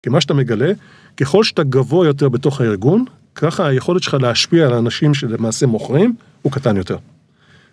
כי מה שאתה מגלה, ככל שאתה גבוה יותר בתוך הארגון, ככה היכולת שלך להשפיע על אנשים שלמעשה מוכרים, הוא קטן יותר.